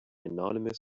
anonymous